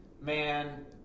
man